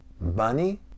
money